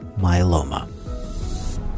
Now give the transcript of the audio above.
myeloma